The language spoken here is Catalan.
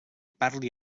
parli